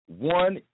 one